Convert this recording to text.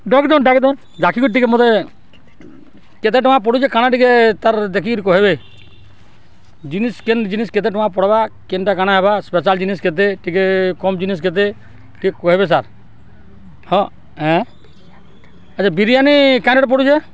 ଡାକ୍ ଦଉନ୍ ଡାକ୍ ଦଉନ୍ ଡାକିକିରି ଟିକେ ମତେ କେତେ ଟଙ୍କା ପଡ଼ୁଚେ କାଣା ଟିକେ ତାର୍ ଦେଖିକରି କହେବେ ଜିନିଷ୍ କେନ୍ ଜିନିଷ୍ କେତେ ଟଙ୍କା ପଡ଼୍ବା କେନ୍ଟା କାଣା ହେବା ସ୍ପେଶାଲ୍ ଜିନିଷ୍ କେତେ ଟିକେ କମ୍ ଜିନିଷ୍ କେତେ ଟିକେ କହେବେ ସାର୍ ହଁ ଏଁ ଆଚ୍ଛା ବିରିୟାନୀ କାଏଁ ରେଟ୍ ପଡ଼ୁଚେ